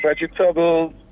vegetables